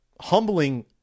humbling